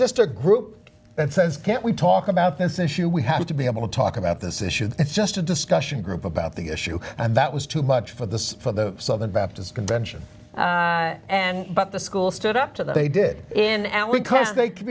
just a group and says can't we talk about this issue we have to be able to talk about this issue that it's just a discussion group about the issue and that was too much for the for the southern baptist convention and but the school stood up to that they did and we c